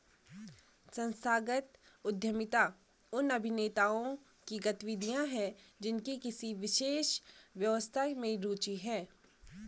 संस्थागत उद्यमिता उन अभिनेताओं की गतिविधियाँ हैं जिनकी किसी विशेष व्यवस्था में रुचि है